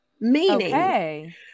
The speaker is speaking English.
Meaning